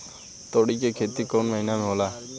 तोड़ी के खेती कउन महीना में होला?